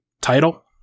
title